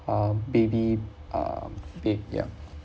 uh baby uh bed ya